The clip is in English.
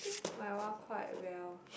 I think my one quite well